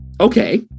Okay